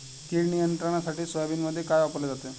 कीड नियंत्रणासाठी सोयाबीनमध्ये काय वापरले जाते?